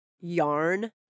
Yarn